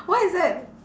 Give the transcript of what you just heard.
why is that